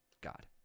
god